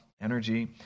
energy